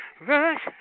rush